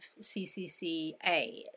ccca